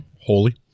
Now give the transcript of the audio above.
Holy